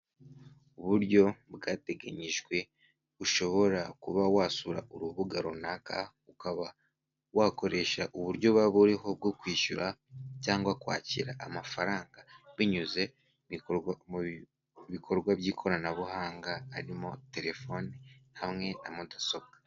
Uburyo bwateganyijwe ushobora kuba wasura urubuga runaka, ukaba wakoresha uburyo buba buriho bwo kwishyura cyangwa kwakira amafaranga, binyuze mu bikorwa by'ikoranabuhanga harimo telefoni hamwe na mudasobwa.